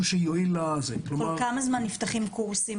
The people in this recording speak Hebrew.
כל כמה זמן נפתחים קורסים?